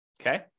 Okay